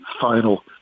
final